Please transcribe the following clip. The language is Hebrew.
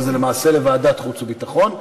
אבל זה למעשה לוועדת החוץ והביטחון,